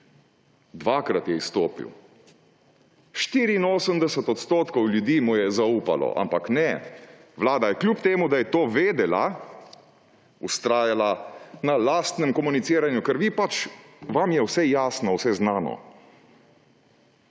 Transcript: Dvakrat je izstopil. 84 % ljudi mu je zaupalo. Ampak ne, vlada je kljub temu, da je to vedela, vztrajala na lastnem komuniciranju. Ker vam je vse jasno, vse znano.